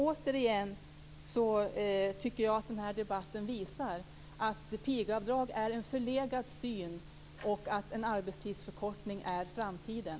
Återigen tycker jag att denna debatt visar att pigavdrag är en förlegad syn och att en arbetstidsförkortning är framtiden.